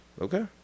Okay